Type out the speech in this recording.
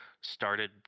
started